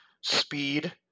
speed